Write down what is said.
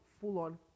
full-on